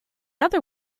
other